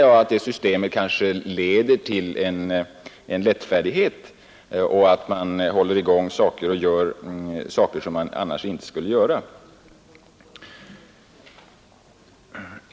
LKAB, kan det alltså leda till att ni ger er in på affärer som ni annars skulle avstå från.